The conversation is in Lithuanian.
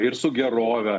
ir su gerove